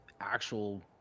actual